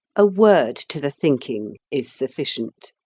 a word to the thinking is sufficient.